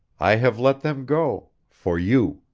i have let them go for you.